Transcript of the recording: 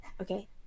okay